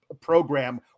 program